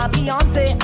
Beyonce